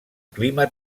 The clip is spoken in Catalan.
clima